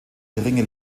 geringe